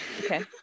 Okay